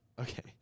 Okay